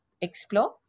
explore